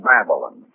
Babylon